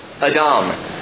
Adam